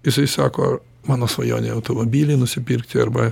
jisai sako mano svajonė automobilį nusipirkti arba